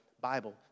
Bible